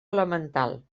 elemental